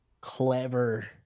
clever